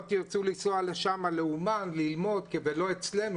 הפחד שלי שלא עכשיו תרצו לנסוע לשמה לעומן ללמוד ולא אצלנו,